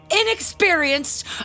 inexperienced